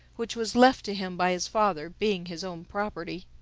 which was left to him by his father, being his own property.